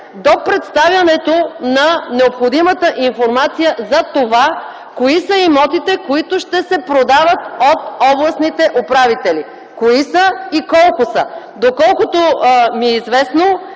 до представянето на необходимата информация за това кои са имотите, които ще се продават от областните управители, и колко са. Доколкото ми е известно,